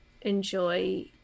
enjoy